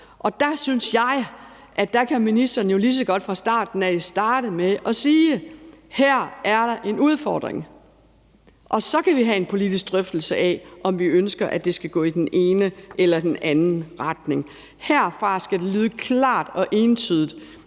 Der synes jeg, at ministeren lige så godt kan starte med at sige: Her er der en udfordring. Og så kan vi have en politisk drøftelse af, om vi ønsker, at det skal gå i den ene eller den anden retning. Herfra skal det lyde klart og entydigt,